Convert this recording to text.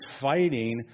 fighting